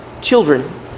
Children